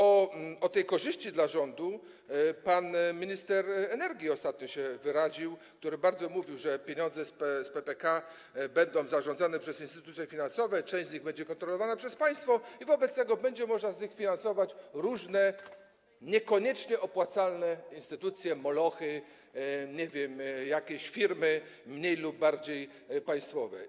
O tej korzyści dla rządu wyraził się ostatnio pan minister energii, który mówił, że pieniądze z PPK będą zarządzane przez instytucje finansowe, część z nich będzie kontrolowana przez państwo i wobec tego będzie można z nich finansować różne niekoniecznie opłacalne instytucje, molochy, nie wiem, jakieś firmy mniej lub bardziej państwowe.